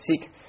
seek